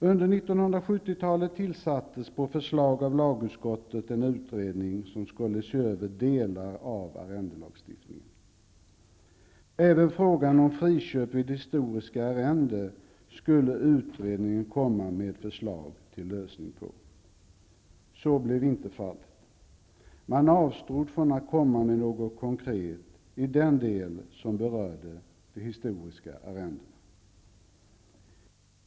Under 1970-talet tillsattes på förslag av lagutskotet en utredning som skulle se över delar av arrendelagstiftingen. Även i fråga om friköp av historiska arrenden skulle utredningen komma med förslag till lösning. Så blev inte fallet. Man avstod från att komma med något konkret i den del som berörde de historiska arrendena.